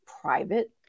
private